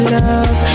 love